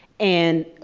and,